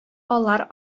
алар